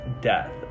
death